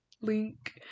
link